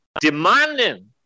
demanding